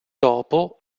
dopo